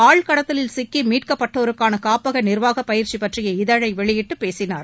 ஆள் கடத்தலில் சிக்கி மீட்கப்பட்டோருக்கான காப்பக நிர்வாக பயிற்சி பற்றிய இதழை வெளியிட்டு பேசினார்